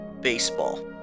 baseball